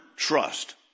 Trust